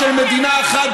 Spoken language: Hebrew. חברת הכנסת.